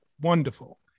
wonderful